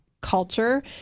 culture